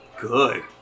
Good